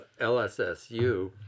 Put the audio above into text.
LSSU